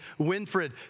Winfred